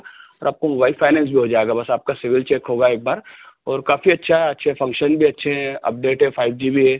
और आपको mobile finance भी हो जाएगा बस आपका सिविल चेक होगा एक बार और काफ़ी अच्छा अच्छे फ़ंक्शन भी अच्छे हें अपडेट है फ़ाइव जी भी है